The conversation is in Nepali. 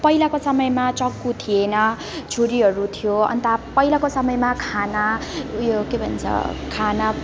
पहिलाको समयमा चक्कु थिएन छुरीहरू थियो अन्त पहिलाको समयमा खाना उयो के भन्छ खाना